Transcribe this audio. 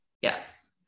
Yes